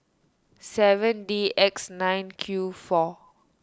seven D X nine Q four